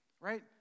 right